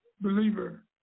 believer